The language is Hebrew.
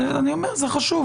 זה חשוב,